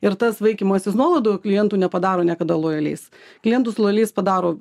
ir tas vaikymasis nuolaidų klientų nepadaro niekada lojaliais klientus lojaliais padaro